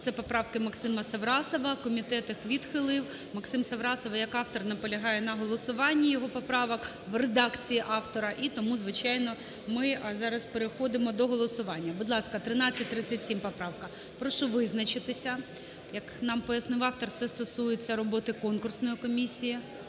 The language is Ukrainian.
це поправки Максима Саврасова, комітет їх відхилив. Максим Саврасов як автор наполягає на голосуванні його поправок в редакції автора. І тому, звичайно, ми зараз переходимо до голосування. Будь ласка, 1337 поправка, прошу визначитися. Як нам пояснив автор, це стосується роботи конкурсної комісії,